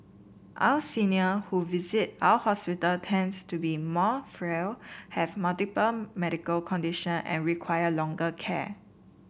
our senior who visit our hospital tends to be more frail have multiple medical condition and require longer care